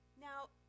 Now